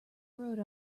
wrote